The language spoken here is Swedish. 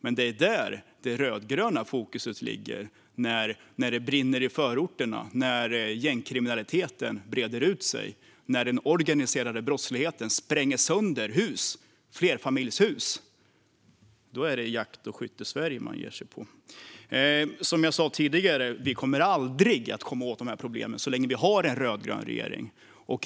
Men det är där som de rödgrönas fokus ligger när det brinner i förorterna, när gängkriminaliteten breder ut sig och när den organiserade brottsligheten spränger sönder flerfamiljshus. Då är det Jakt och skyttesverige som de ger sig på. Som jag sa tidigare kommer vi aldrig att komma åt dessa problem så länge vi har en rödgrön regering.